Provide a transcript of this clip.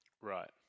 Right